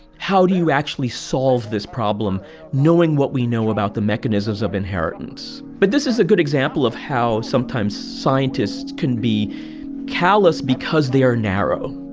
how do you actually solve this problem knowing what we know about the mechanisms of inheritance? but this is a good example of how sometimes scientists can be callous because they are narrow